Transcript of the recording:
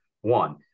One